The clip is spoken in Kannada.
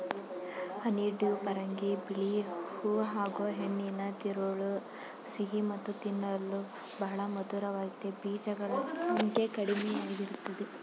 ಹನಿಡ್ಯೂ ಪರಂಗಿ ಬಿಳಿ ಹೂ ಹಾಗೂಹೆಣ್ಣಿನ ತಿರುಳು ಸಿಹಿ ಮತ್ತು ತಿನ್ನಲು ಬಹಳ ಮಧುರವಾಗಿದೆ ಬೀಜಗಳ ಸಂಖ್ಯೆ ಕಡಿಮೆಇರ್ತದೆ